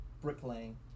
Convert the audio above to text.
bricklaying